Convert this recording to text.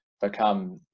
become